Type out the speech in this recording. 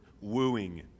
wooing